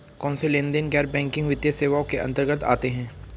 कौनसे लेनदेन गैर बैंकिंग वित्तीय सेवाओं के अंतर्गत आते हैं?